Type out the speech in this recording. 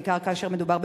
בעיקר כאשר מדובר בבנים,